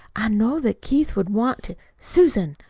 i know that keith would want susan!